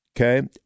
Okay